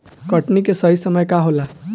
कटनी के सही समय का होला?